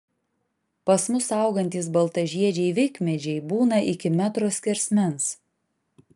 pas mus augantys baltažiedžiai vikmedžiai būna iki metro skersmens